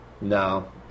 No